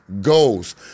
goes